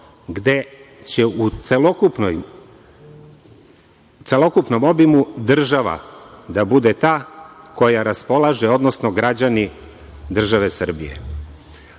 gde će u celokupnom obimu država da bude ta koja raspolaže, odnosno građani države Srbije. Ali,